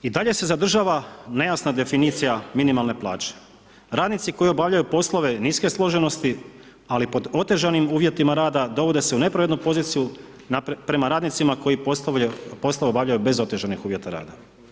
I dalje se zadržava nejasna definicija minimalne plaće. radnici koji obavljaju poslove niske složenosti ali pod otežanim uvjetima rada, dovode se u nepravednu poziciju prema radnicima koji poslove obavljaju bez otežanih uvjeta rada.